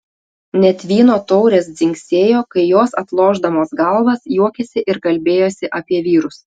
net vyno taurės dzingsėjo kai jos atlošdamos galvas juokėsi ir kalbėjosi apie vyrus